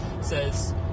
says